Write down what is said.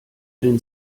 den